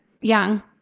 young